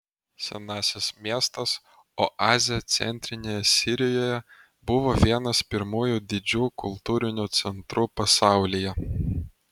senasis miestas oazė centrinėje sirijoje buvo vienas pirmųjų didžių kultūrinių centrų pasaulyje